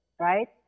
Right